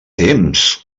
temps